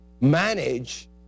manage